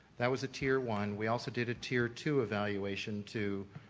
that was the tier one. we also did a tier two evaluation to